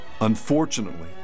Unfortunately